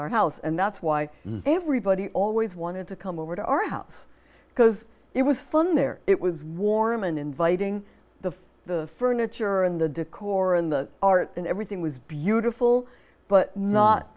our house and that's why everybody always wanted to come over our house because it was fun there it was warm and inviting the furniture and the decor and the art and everything was beautiful but not